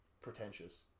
pretentious